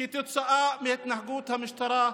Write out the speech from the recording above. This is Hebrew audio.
כתוצאה מהתנהגות המשטרה.